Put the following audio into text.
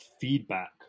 feedback